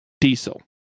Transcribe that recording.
Diesel